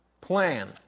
plan